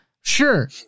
Sure